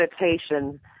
meditation